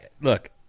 Look